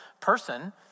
person